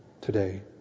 today